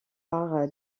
par